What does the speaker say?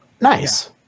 nice